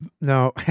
No